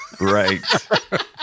right